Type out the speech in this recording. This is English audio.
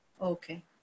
Okay